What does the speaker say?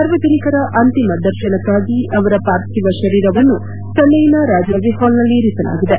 ಸಾರ್ವಜನಿಕರ ಅಂತಿಮ ದರ್ಶನಕ್ಕಾಗಿ ಅವರ ಪಾರ್ಥಿವ ಶುೀರವನ್ನು ಚೆನ್ನೈನ ರಾಜಾಜಿ ಪಾಲ್ನಲ್ಲಿ ಇರಿಸಲಾಗಿದೆ